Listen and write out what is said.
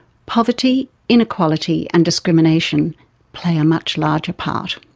poverty, inequality and discrimination play a much larger part.